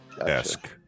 esque